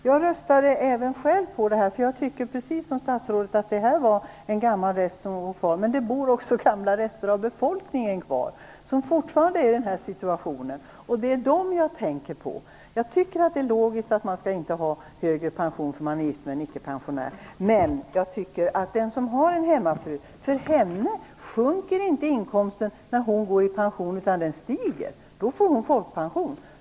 Fru talman! Jag röstade själv för detta. Jag tycker, precis som statsrådet, att detta var en gammal rest som fanns kvar. Men det finns också kvar gamla rester inom befolkningen, människor som fortfarande är i denna situation. Det är dem jag tänker på. Jag tycker att det är logiskt att man inte skall ha högre pension för att man är gift med en ickepensionär. Men för en hemmafru sjunker inte inkomsten när hon går i pension, utan den stiger. Då får hon folkpension.